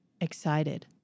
excited